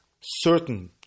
certain